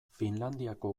finlandiako